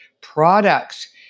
products